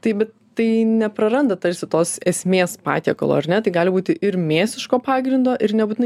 tai bet tai nepraranda tarsi tos esmės patiekalo ar ne tai gali būti ir mėsiško pagrindo ir nebūtinai